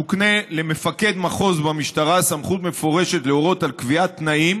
תוקנה למפקד מחוז במשטרה סמכות מפורשת להורות על קביעת תנאים